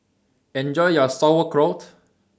Enjoy your Sauerkraut